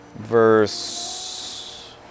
verse